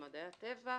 במדעי הטבע,